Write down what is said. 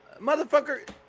Motherfucker